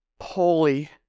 Holy